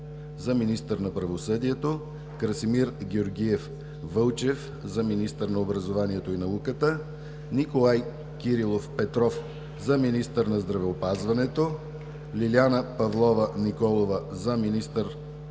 за министър на правосъдието, - Красимир Георгиев Вълчев – за министър на образованието и науката, - Николай Кирилов Петров – за министър на здравеопазването, - Лиляна Павлова Николова – за министър за